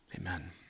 amen